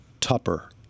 Tupper